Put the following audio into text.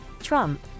Trump